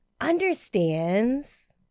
understands